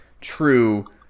true